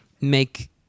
make